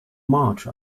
march